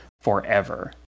forever